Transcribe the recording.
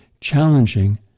challenging